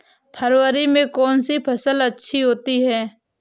फरवरी में कौन सी फ़सल अच्छी होती है?